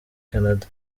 canada